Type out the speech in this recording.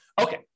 Okay